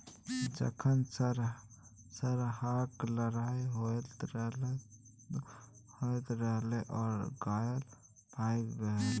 जखन सरहाक लड़ाइ होइत रहय ओ घायल भए गेलै